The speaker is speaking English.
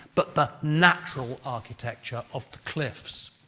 but the natural architecture of the cliffs.